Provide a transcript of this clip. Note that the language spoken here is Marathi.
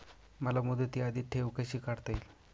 मला मुदती आधी ठेव कशी काढता येईल?